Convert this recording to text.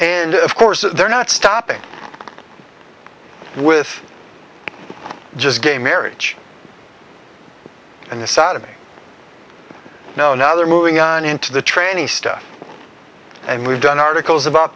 and of course they're not stopping with just gay marriage and the sodomy you know now they're moving on into the tranny stuff and we've done articles about